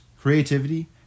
creativity